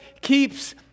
keeps